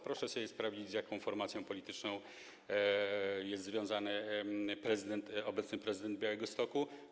Proszę sobie sprawdzić, z jaką formacją polityczną jest związany obecny prezydent Białegostoku.